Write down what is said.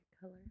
color